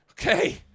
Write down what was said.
Okay